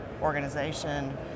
organization